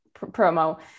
promo